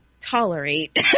tolerate